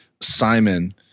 Simon